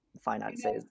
finances